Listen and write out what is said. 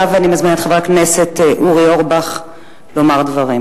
אני מזמינה את חבר הכנסת אורי אורבך לומר את דברו.